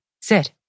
sit